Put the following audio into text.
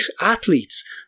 athletes